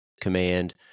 command